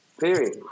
period